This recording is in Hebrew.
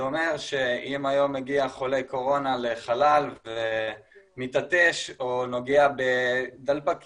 זה אומר שאם היום מגיע חולה קורונה לחלל ומתעטש או נוגע בדלפקים,